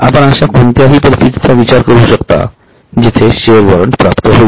आपण अशा कोणत्याही परिस्थितीचा विचार करू शकता जेथे शेअर्स वॉरंट प्राप्त होईल